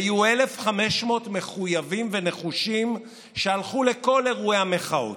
היו 1,500 מחויבים ונחושים שהלכו לכל אירועי המחאות.